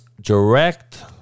direct